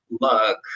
look